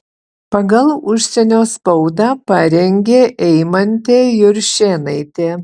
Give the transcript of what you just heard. pagal užsienio spaudą parengė eimantė juršėnaitė